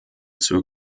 zur